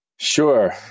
Sure